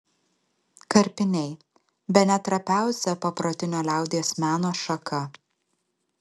karpiniai bene trapiausia paprotinio liaudies meno šaka